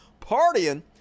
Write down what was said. partying